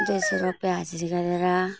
डेढ सौ रुपियाँ हाजिरी गरेर